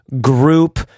group